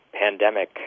pandemic